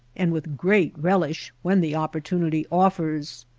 and with great relish, when the opportunity offers.